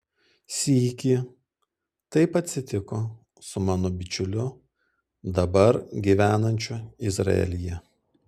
sykį taip atsitiko su mano bičiuliu dabar gyvenančiu izraelyje